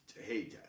Hey